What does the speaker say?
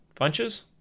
Funches